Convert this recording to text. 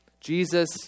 Jesus